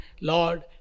Lord